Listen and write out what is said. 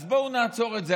אז בואו נעצור את זה.